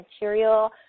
material